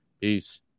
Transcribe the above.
peace